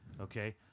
Okay